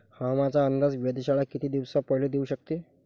हवामानाचा अंदाज वेधशाळा किती दिवसा पयले देऊ शकते?